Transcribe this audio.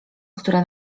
która